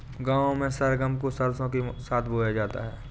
गांव में सरगम को सरसों के साथ बोया जाता है